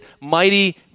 mighty